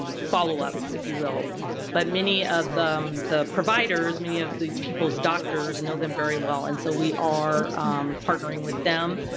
follow-up if you will but many of them the providers, many of these people's doctors and know them very well and so we are partnering with them